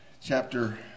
chapter